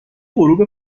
غروب